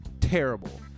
terrible